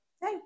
hey